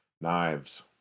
Knives